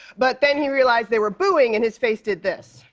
but then he realized they were booing, and his face did this.